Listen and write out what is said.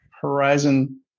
Horizon